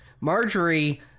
Marjorie